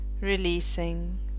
releasing